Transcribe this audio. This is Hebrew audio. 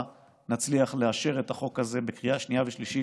נצליח לאשר את החוק הזה בקריאה שנייה ושלישית,